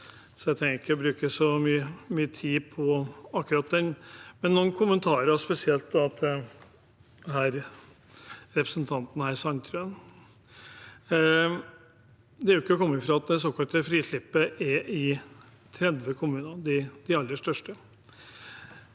jeg trenger ikke å bruke så mye tid på akkurat det, men jeg har noen kommentarer, spesielt til representanten Sandtrøen. Det er ikke til å komme fra at det såkalte frislippet er i 30 kommuner, de aller største.